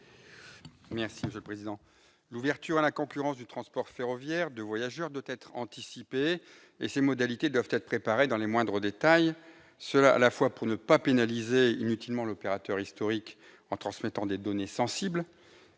M. Jean-Pierre Corbisez. L'ouverture à la concurrence du transport ferroviaire de voyageurs doit être anticipée et ses modalités doivent être préparées dans les moindres détails, à la fois pour ne pas pénaliser inutilement l'opérateur historique en transmettant des données sensibles,